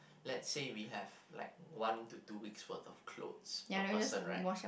let's say we have like one to two weeks worth of clothes per person right